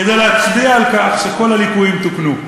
כדי להצביע על כך שכל הליקויים תוקנו.